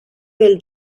del